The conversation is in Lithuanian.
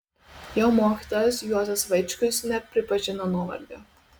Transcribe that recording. jo mokytojas juozas vaičkus nepripažino nuovargio